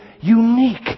unique